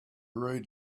read